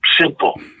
simple